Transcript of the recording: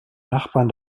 nachbarn